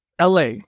LA